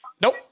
Nope